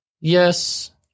Yes